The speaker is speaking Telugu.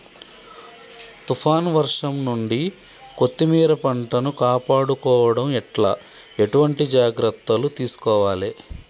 తుఫాన్ వర్షం నుండి కొత్తిమీర పంటను కాపాడుకోవడం ఎట్ల ఎటువంటి జాగ్రత్తలు తీసుకోవాలే?